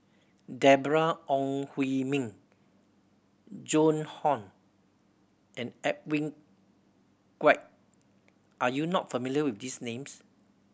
Deborah Ong Hui Min Joan Hon and Edwin Koek are you not familiar with these names